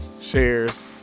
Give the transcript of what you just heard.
shares